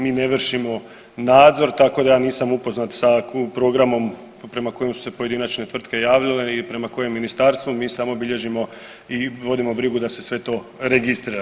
Mi ne vršimo nadzor, tako da ja nisam upoznat sa programom prema kojem su se pojedinačne tvrtke javile i prema kojem ministarstvu, mi samo bilježimo i vodimo brigu da se sve to registrira.